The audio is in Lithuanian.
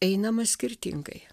einama skirtingai